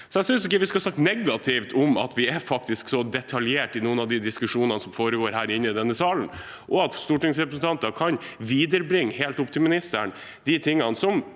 Jeg synes ikke vi skal snakke negativt om at vi faktisk er så detaljerte i noen av de diskusjonene som foregår her i denne salen, og om at stortingsrepresentanter kan viderebringe helt opp til statsråden de tingene som